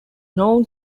known